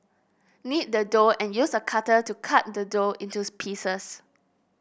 knead the dough and use a cutter to cut the dough into pieces